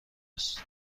است